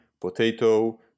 potato